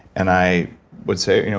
and i would say,